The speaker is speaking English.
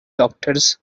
doctors